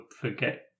forget